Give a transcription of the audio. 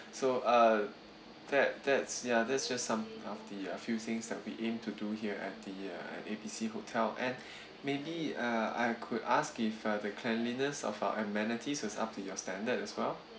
so uh that that's ya this is just some of the uh few things that we aim to do here at the uh A B C hotel and maybe uh I could ask if uh the cleanliness of our amenities is up to your standard as well